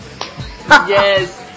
Yes